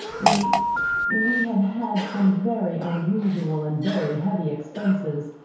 we we have had some very unusual and very heavy expenses,